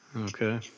Okay